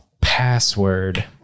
password